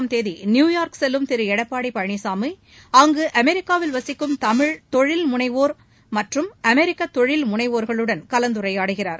அடுத்த மாதம் இரண்டாம் தேதி நியுயாா்க் செல்லும் திரு எடப்பாடி பழனிசாமி அங்கு அமெரிக்காவில் வசிக்கும் தமிழ் தொழில்முனைவோர் அமெரிக்க தொழில் முனைவோர்களுடன் கலந்துரையாடுகிறார்